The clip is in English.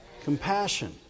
Compassion